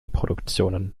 produktionen